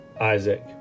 Isaac